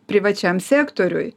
privačiam sektoriui